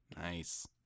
Nice